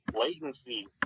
latency